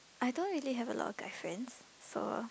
I don't really have a lot of guy friends so